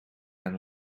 than